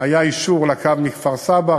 היה אישור לקו מכפר-סבא.